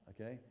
okay